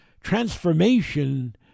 transformation